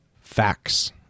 facts